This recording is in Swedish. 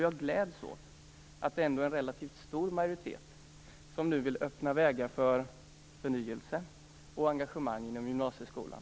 Jag gläds åt att det ändå är en relativt stor majoritet som nu vill öppna vägar för förnyelse och engagemang inom gymnasieskolan.